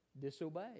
disobey